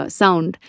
sound